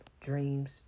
dreams